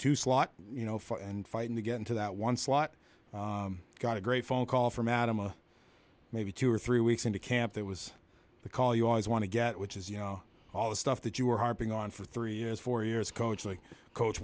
two slot you know for and fighting to get into that one slot got a great phone call from adam a maybe two or three weeks into camp that was the call you always want to get which is you know all the stuff that you were harping on for three years four years coach like coach